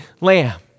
Lamb